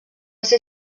ser